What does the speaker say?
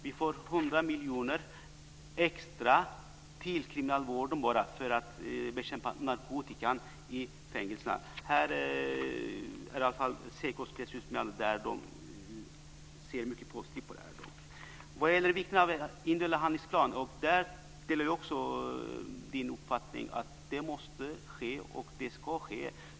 Jag har här i min hand ett pressmeddelande från SEKO där de uttalar att de är jätteglada och ser mycket positivt på detta. Vad gäller vikten av individuella handlingsplaner delar jag också Gunnel Wallins uppfattning att detta måste ske och ska ske.